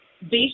Based